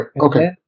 Okay